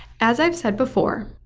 as i've said before,